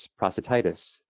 prostatitis